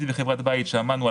דוגמא.